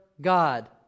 God